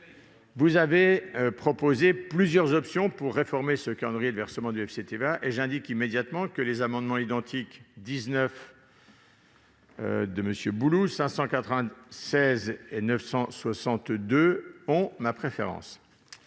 vous avez proposé plusieurs options pour réformer ce calendrier de versement du FCTVA. J'indique immédiatement que les amendements identiques n I-19 rectifié, I-596 et I-962 rectifié auront ma préférence.